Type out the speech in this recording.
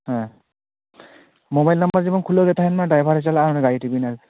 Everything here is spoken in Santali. ᱦᱮᱸ ᱢᱳᱵᱟᱭᱤᱞ ᱱᱟᱢᱵᱟᱨ ᱡᱮᱢᱚᱱ ᱠᱷᱩᱞᱟᱣ ᱜᱮ ᱛᱟᱦᱮᱱ ᱢᱟ ᱰᱟᱭᱵᱷᱟᱨᱮ ᱪᱟᱞᱟᱜᱟ ᱜᱟᱹᱭᱤᱰᱮᱵᱮᱱ ᱟᱨ